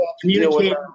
communicate